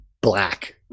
black